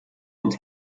und